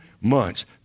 months